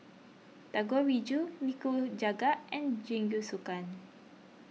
Dangoriju Nikujaga and Jingisukan